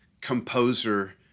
composer